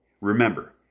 Remember